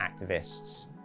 activists